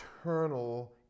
eternal